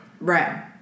Right